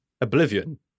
Oblivion